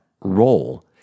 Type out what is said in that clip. role